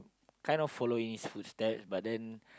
kind of following his footstep but then